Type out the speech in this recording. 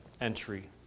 entry